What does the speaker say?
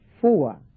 four